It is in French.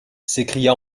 s’écria